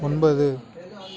ஒன்பது